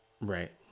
right